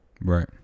right